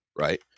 right